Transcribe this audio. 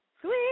Sweet